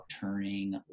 turning